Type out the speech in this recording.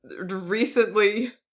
recently